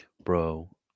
Bro